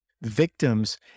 victims